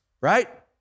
right